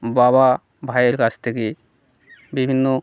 বাবা ভাইয়ের কাছ থেকে বিভিন্ন